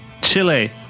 Chile